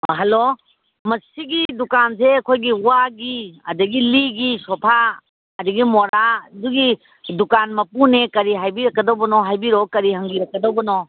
hello ꯃꯁꯤꯒꯤ ꯗꯨꯀꯥꯟꯁꯦ ꯑꯩꯈꯣꯏꯒꯤ ꯋꯥꯒꯤ ꯑꯗꯒꯤ ꯂꯤꯒꯤ ꯁꯣꯐꯥ ꯑꯗꯒꯤ ꯃꯣꯔꯥ ꯑꯗꯨꯒꯤ ꯗꯨꯀꯥꯟ ꯃꯄꯨꯅꯦ ꯀꯔꯤ ꯍꯥꯏꯕꯤꯔꯛꯀꯗꯧꯕꯅꯣ ꯍꯥꯏꯕꯤꯔꯛꯑꯣ ꯀꯔꯤ ꯍꯪꯕꯤꯔꯛꯀꯗꯧꯕꯅꯣ